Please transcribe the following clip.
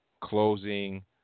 closing